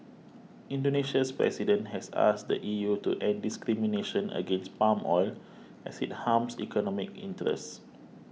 Indonesia's President has asked the E U to end discrimination against palm oil as it harms economic interests